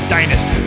Dynasty